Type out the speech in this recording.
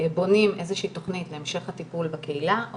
בונים איזה שהיא תכנית להמשך הטיפול בקהילה או